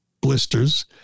blisters